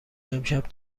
امشب